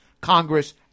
Congress